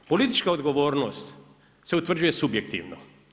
Politička odgovornost se utvrđuje subjektivno.